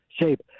shape